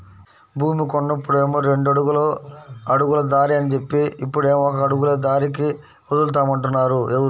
భూమి కొన్నప్పుడేమో రెండడుగుల అడుగుల దారి అని జెప్పి, ఇప్పుడేమో ఒక అడుగులే దారికి వదులుతామంటున్నారు